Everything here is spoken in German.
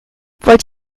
wollt